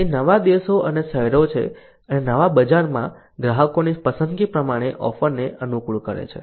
તે નવા દેશો અને શહેરો છે અને નવા બજારમાં ગ્રાહકોની પસંદગી પ્રમાણે ઓફરને અનુકૂળ કરે છે